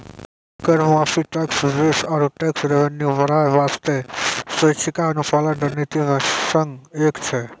कर माफी, tax base आरो टैक्स रेवेन्यू बढ़ाय बासतें स्वैछिका अनुपालन रणनीति मे सं एक छै